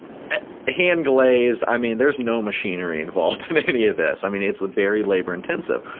hand glazed i mean there is no machinery involved in any of this i mean it's very labor intensive.